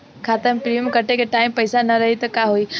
खाता मे प्रीमियम कटे के टाइम पैसा ना रही त का होई?